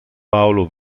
paolo